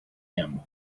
him